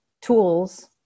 tools